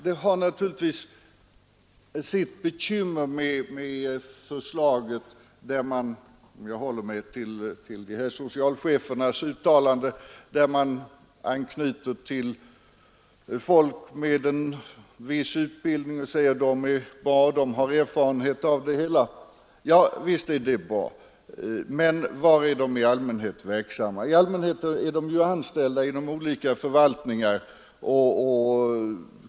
Det finns givetvis bekymmer i samband med förslaget, och jag håller mig här till socialchefernas uttalande där de anknyter till folk med en viss utbildning och säger att de är bra och att de har erfarenhet av det hela. Ja, visst är de bra. Men var är de i allmänhet verksamma? I allmänhet är de verksamma inom olika förvaltningar.